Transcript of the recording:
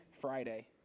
friday